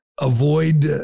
avoid